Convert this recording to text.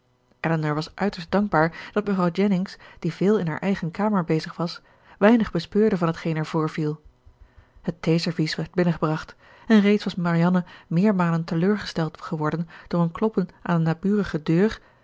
elinor was uiterst dankbaar dat mevrouw jennings die veel in haar eigen kamer bezig was weinig bespeurde van t geen er voorviel het theeservies werd binnengebracht en reeds was marianne meermalen teleurgesteld geworden door een kloppen aan eene